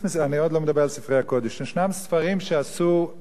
יש ספרים שחוללו מהפכות בעולם,